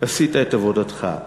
עשית את עבודתך.